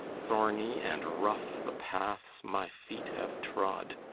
thorny and rough the paths my feet have trod,